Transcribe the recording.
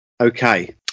Okay